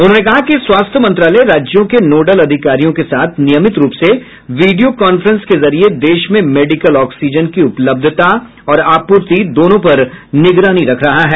उन्होंने कहा कि स्वास्थ्य मंत्रालय राज्यों के नोडल अधिकारियों के साथ नियमित रूप से वीडियो कांफ्रेंस के जरिये देश में मेडिकल ऑक्सीजन की उपलब्धता और आपूर्ति दोनों पर निगरानी रख रहा है